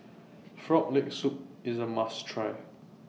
Frog Leg Soup IS A must Try